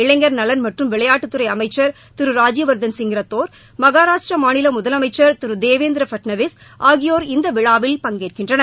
இளைஞர் நலன் மற்றும விளையாட்டுத் துறை அமைச்சர் திரு ராஜ்ய வர்த்தன் சிங் ரத்தோர் மகாராஷ்டிர மாநில முதலமைச்சர் தீரு தேவேந்திர பட்நவிஸ் ஆகியோர் இந்த விழாவில் பங்கேற்கின்றனர்